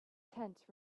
tent